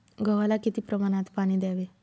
गव्हाला किती प्रमाणात पाणी द्यावे?